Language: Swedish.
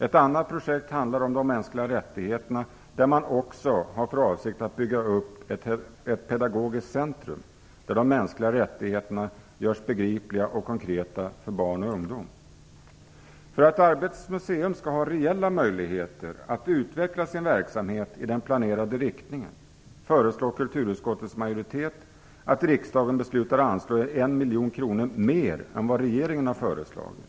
Ett annat projekt handlar om de mänskliga rättigheterna, där man också har för avsikt att bygga upp ett pedagogiskt centrum, där de mänskliga rättigheterna görs begripliga och konkreta för barn och ungdom. För att Arbetets museum skall ha reella möjligheter att utveckla sin verksamhet i den planerade riktningen föreslår kulturutskottets majoritet att riksdagen beslutar anslå 1 miljon kronor mer än vad regeringen föreslagit.